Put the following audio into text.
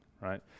right